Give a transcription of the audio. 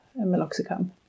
meloxicam